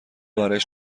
برایش